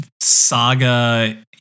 Saga